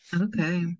Okay